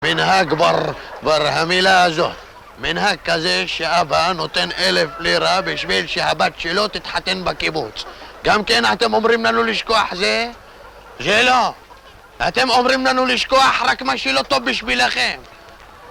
מנהג בר, בר המילה הזו. מנהג כזה שאבא נותן אלף לירה בשביל שהבת שלו תתחתן בקיבוץ. גם כן אתם אומרים לנו לשכוח זה? זה לא. אתם אומרים לנו לשכוח רק מה שלא טוב בשבילכם.